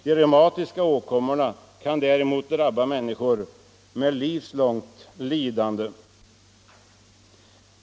De reumatiska åkommorna kan däremot förorsaka människor ett livslångt lidande.